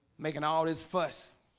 making all this fuss